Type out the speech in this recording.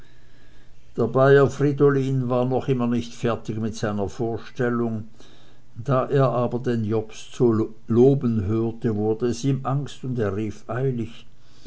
der bayer fridolin war immer noch nicht fertig mit seiner vorstellung da er aber den jobst so loben hörte wurde es ihm angst und er rief eilig